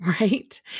right